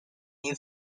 new